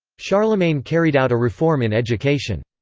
charlemagne carried out a reform in education.